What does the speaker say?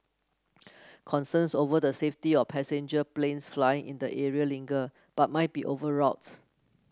concerns over the safety of passenger planes flying in the area linger but might be overwrought